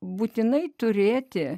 būtinai turėti